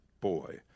boy